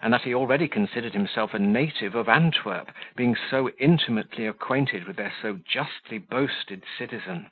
and that he already considered himself a native of antwerp, being so intimately acquainted with their so justly boasted citizen,